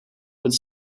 would